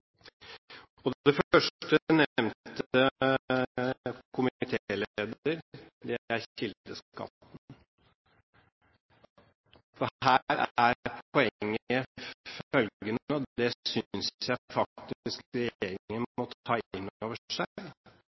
Det første nevnte komitélederen, og det er kildeskatten. Her er poenget følgende – og det synes jeg faktisk regjeringen må ta inn over seg: Norsk forvaltning ber om dokumentasjon som ikke lar seg